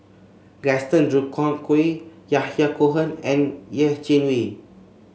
Gaston Dutronquoy Yahya Cohen and Yeh Chi Wei